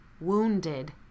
wounded